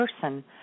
person